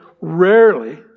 rarely